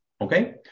Okay